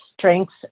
strengths